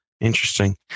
interesting